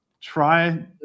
try